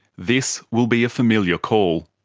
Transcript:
this will be a familiar call.